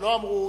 שלא אמרו,